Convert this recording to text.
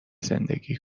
زندگی